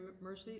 mercy